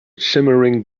shimmering